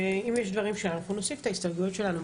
ואם יש דברים שלנו, אז נוסיף את ההסתייגויות שלנו.